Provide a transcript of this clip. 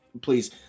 Please